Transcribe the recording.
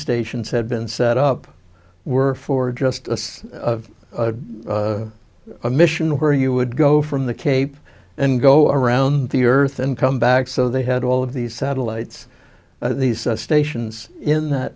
stations had been set up were for justice a mission where you would go from the cape and go around the earth and come back so they had all of these satellites these stations in th